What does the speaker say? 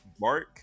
mark